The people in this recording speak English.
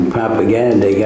propaganda